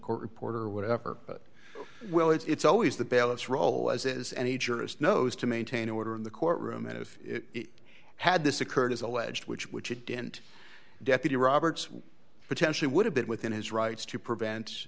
court reporter or whatever but well it's always the balance role as it is any journalist knows to maintain order in the courtroom and if he had this occurred as alleged which which he didn't deputy roberts potentially would have been within his rights to prevent